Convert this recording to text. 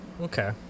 okay